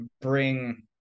bring